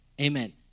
amen